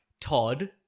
Todd